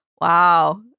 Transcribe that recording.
wow